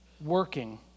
working